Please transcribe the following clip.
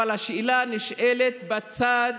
אבל השאלה הנשאלת בצד